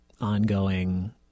ongoing